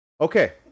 Okay